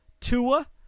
Tua